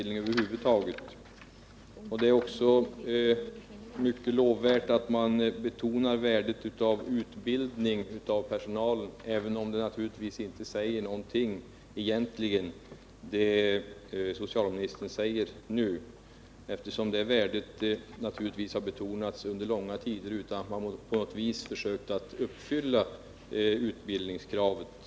Det är också mycket lovvärt att man betonar värdet av utbildning av personalen, även om det socialministern nu har anfört egentligen inte säger någonting. Det värdet har naturligtvis betonats under långa tider utan att man på något vis försökt att uppfylla utbildningskravet.